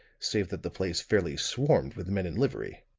save that the place fairly swarmed with men in livery.